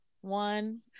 One